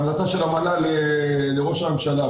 זו המלצה של המל"ל לראש הממשלה,